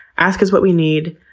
ask us what we need,